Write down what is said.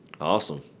Awesome